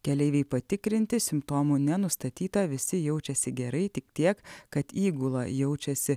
keleiviai patikrinti simptomų nenustatyta visi jaučiasi gerai tik tiek kad įgula jaučiasi